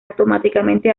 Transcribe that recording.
automáticamente